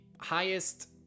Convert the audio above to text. highest